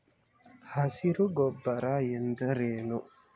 ಹಸಿರು ಗೊಬ್ಬರ ಎಂದರೇನು?